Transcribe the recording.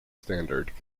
standard